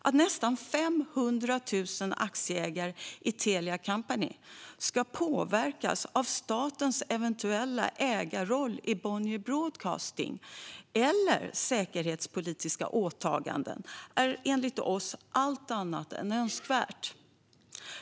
Att nästan 500 000 aktieägare i Telia Company ska påverkas av statens eventuella ägarroll i Bonnier Broadcasting eller säkerhetspolitiska åtaganden är enligt oss allt annat än önskvärt.